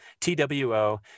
T-W-O